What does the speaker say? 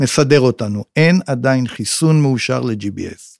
‫מסדר אותנו, אין עדיין חיסון מאושר לג'י-בי-אס.